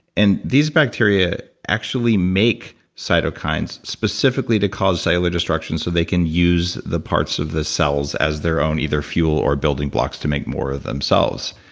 and these bacteria actually make cytokines specifically to cause eyelid destruction so they can use the parts of the cells as their own, either fuel or building blocks to make more of themselves.